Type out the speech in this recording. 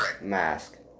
mask